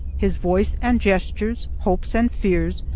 his voice and gestures, hopes and fears,